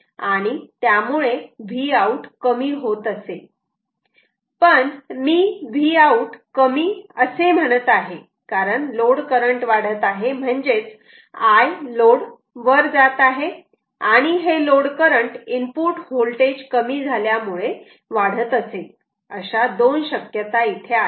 आणि त्यामुळे Vout कमी होत असेल पण मी Vout कमी असे म्हणत आहे कारण लोड करंट वाढत आहे म्हणजेच Iload वर जात आहे आणि हे लोड करंट इनपुट व्होल्टेज कमी झाल्यामुळे वाढत असेल अशा दोन शक्यता इथे आहेत